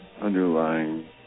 underlying